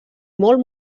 molt